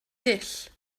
dull